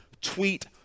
tweet